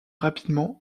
rapidement